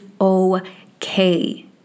okay